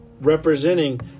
representing